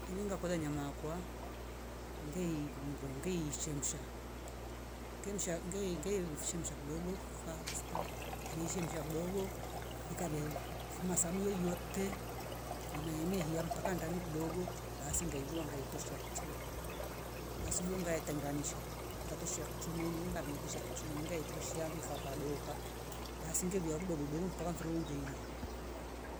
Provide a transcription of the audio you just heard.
Ini ngakora nyama kwa ngei mronge ngei chemsha ngemsha ngei- ngeimfimsha kidogo fasta kamechemsha kidogo ikamevu fundu fuma samwele iyote ngama hemia mpaka ndani kidogo basi ngaidua ngaitosha kiachu. Nasubuyo ngaya tenganisha ngatoshia kcho umeninga metosha kuchu meninga itsohia handu ikadoka basi ngevia udukudo mpaka mfiru ungehima